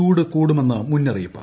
ചൂട് കൂടുമെന്ന് മുന്നറിയിപ്പ്